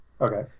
okay